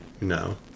no